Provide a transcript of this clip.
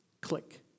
click